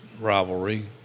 rivalry